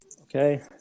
Okay